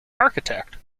architect